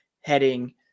heading